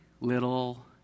little